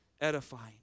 edifying